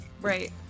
Right